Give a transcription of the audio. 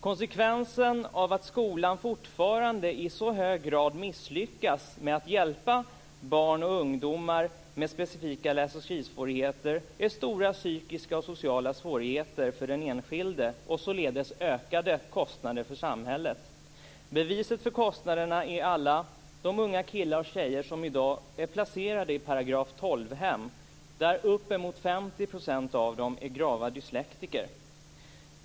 Konsekvenserna av att skolan fortfarande i så hög grad misslyckas med att hjälpa barn och ungdomar med specifika läs och skrivsvårigheter är stora psykiska och sociala svårigheter för den enskilde och således ökade kostnader för samhället. Beviset för kostnaderna är alla de unga killar och tjejer som i dag är placerade i § 12-hem, där uppemot 50 % av dem är grava dyslektiker.